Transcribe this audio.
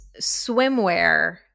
swimwear